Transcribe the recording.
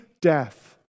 death